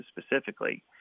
specifically